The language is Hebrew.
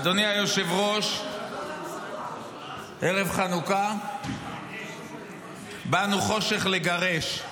אדוני היושב-ראש, ערב חנוכה, באנו חושך לגרש.